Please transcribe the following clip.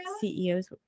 CEOs